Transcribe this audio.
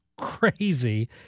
crazy